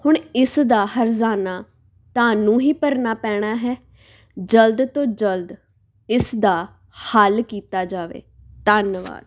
ਹੁਣ ਇਸ ਦਾ ਹਰਜਾਨਾ ਤੁਹਾਨੂੰ ਹੀ ਭਰਨਾ ਪੈਣਾ ਹੈ ਜਲਦ ਤੋਂ ਜਲਦ ਇਸ ਦਾ ਹੱਲ ਕੀਤਾ ਜਾਵੇ ਧੰਨਵਾਦ